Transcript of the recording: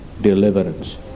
deliverance